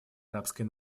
арабской